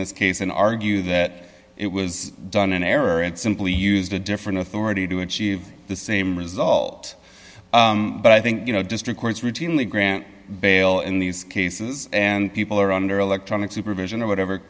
this case and argue that it was done in error and simply used a different authority to achieve the same result but i think you know district courts routinely grant bail in these cases and people are under electronic supervision or whatever